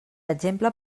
exemple